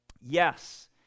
Yes